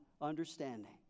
understanding